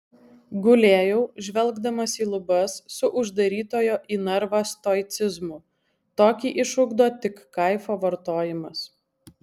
gulėjau žvelgdamas į lubas su uždarytojo į narvą stoicizmu tokį išugdo tik kaifo vartojimas